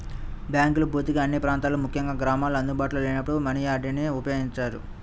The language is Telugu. బ్యాంకులు పూర్తిగా అన్ని ప్రాంతాల్లో ముఖ్యంగా గ్రామాల్లో అందుబాటులో లేనప్పుడు మనియార్డర్ని ఉపయోగించారు